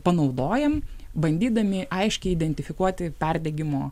panaudojam bandydami aiškiai identifikuoti perdegimo